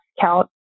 count